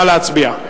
נא להצביע.